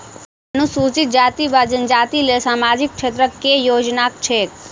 अनुसूचित जाति वा जनजाति लेल सामाजिक क्षेत्रक केँ योजना छैक?